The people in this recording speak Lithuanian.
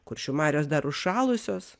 kuršių marios dar užšalusios